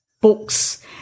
books